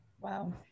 Wow